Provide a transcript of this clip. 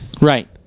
Right